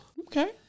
Okay